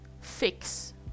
fix